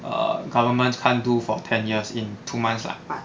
err government can't do for ten years in two months lah